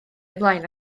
ymlaen